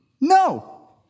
No